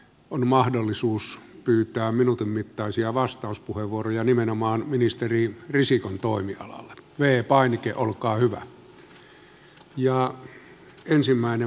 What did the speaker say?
on mahdollisuus pyytää minuutin mittaisia vastauspuheenvuoroja nimenomaan ministeri risikon toimialaa vee painike on arvoisa herra puhemies